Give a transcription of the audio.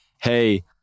Hey